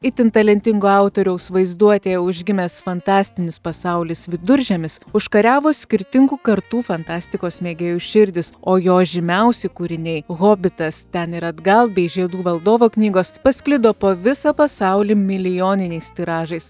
itin talentingo autoriaus vaizduotėje užgimęs fantastinis pasaulis viduržemis užkariavo skirtingų kartų fantastikos mėgėjų širdis o jo žymiausi kūriniai hobitas ten ir atgal bei žiedų valdovo knygos pasklido po visą pasaulį milijoniniais tiražais